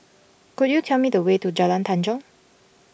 could you tell me the way to Jalan Tanjong